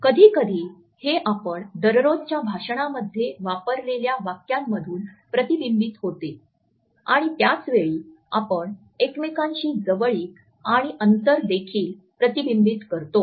कधीकधी हे आपण दररोजच्या भाषणामध्ये वापरलेल्या वाक्यांमधून प्रतिबिंबित होते आणि त्याच वेळी आपण एकमेकांशी जवळीक आणि अंतर देखील प्रतिबिंबित करतो